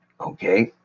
okay